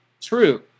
True